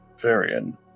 Varian